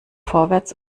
vorwärts